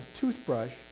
toothbrush